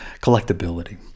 collectability